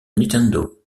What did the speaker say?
nintendo